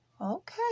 Okay